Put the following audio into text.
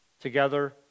Together